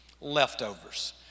Leftovers